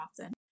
often